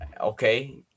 okay